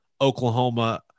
Oklahoma